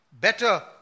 better